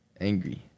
angry